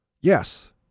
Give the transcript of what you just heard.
Yes